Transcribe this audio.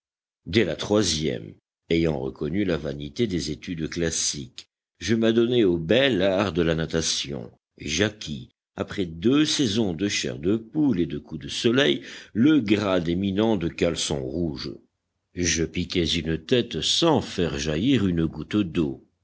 dès la troisième ayant reconnu la vanité des études classiques je m'adonnai au bel art de la natation et j'acquis après deux saisons de chair de poule et de coups de soleil le grade éminent de caleçon rouge je piquais une tête sans faire jaillir une goutte d'eau